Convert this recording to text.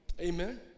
Amen